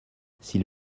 s’il